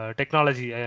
technology